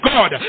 God